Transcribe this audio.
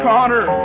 Connor